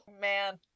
man